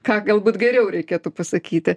ką galbūt geriau reikėtų pasakyti